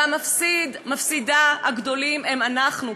והמפסידים הגדולים הם אנחנו,